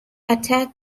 attack